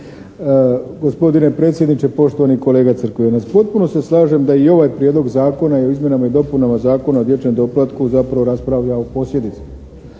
Gospodine predsjedniče, poštovani kolega Crkvenac. Potpuno se slažem da je i ovaj Prijedlog zakona o izmjenama i dopunama Zakona o dječjem doplatku zapravo raspravlja o posljedicama.